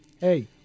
Hey